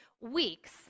weeks